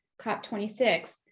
COP26